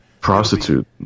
Prostitute